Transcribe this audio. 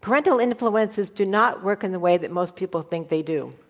parental influences do not work in the way that most people think they do.